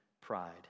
pride